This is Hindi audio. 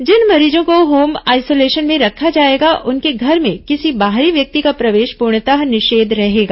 जिन मरीजों को होम आइसोलेशन में रखा जाएगा उनके घर में किसी बाहरी व्यक्ति का प्रवेश पूर्णतः निषेध रहेगा